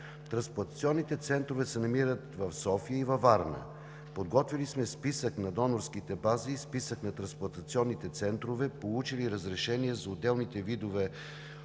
Трансплантационните центрове се намират в градовете София и Варна. Подготвили сме списъци на донорските бази и на трансплантационните центрове, получили разрешение за отделните видове